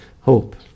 hope